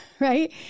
Right